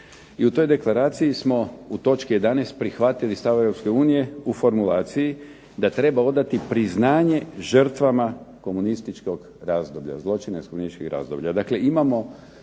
I u toj deklaraciji smo u točki 11. prihvatili stavove Europske unije u formulaciji da treba odati priznanje žrtvama komunističkog razdoblja, zločina iz komunističkih razdoblja.